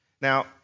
Now